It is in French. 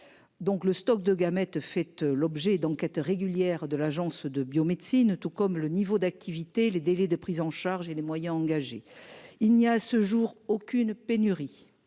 Donc le stock de gamètes, fait l'objet d'enquêtes régulières de l'Agence de biomédecine. Tout comme le niveau d'activité, les délais de prise en charge et les moyens engagés, il n'y a à ce jour aucune pénurie